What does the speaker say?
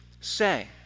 say